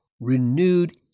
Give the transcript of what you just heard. renewed